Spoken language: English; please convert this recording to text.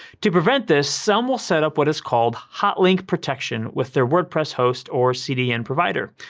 to prevent this, some will set up what is called hotlink protection with their wordpress host or cdn provider.